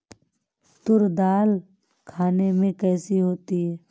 तूर दाल खाने में कैसी होती है?